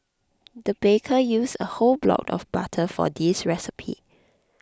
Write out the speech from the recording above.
the baker used a whole block of butter for this recipe